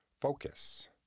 focus